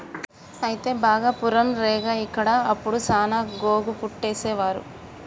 అయితే భాగపురం రేగ ఇక్కడ అప్పుడు సాన గోగు పట్టేసేవారు